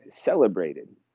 celebrated